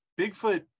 bigfoot